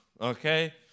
okay